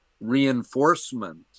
reinforcement